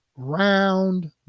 round